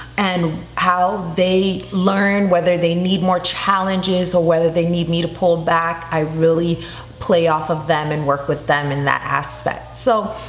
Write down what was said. and how they learn whether they need more challenges or whether they need me to pull them back, i really play off of them and work with them in that aspect. so,